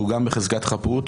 שהוא גם בחזקת חפות,